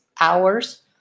hours